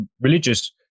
Religious